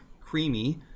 creamy